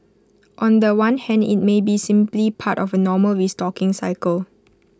on The One hand IT may be simply part of A normal restocking cycle